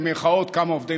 במירכאות.